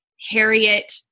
Harriet